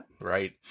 Right